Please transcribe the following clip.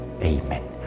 Amen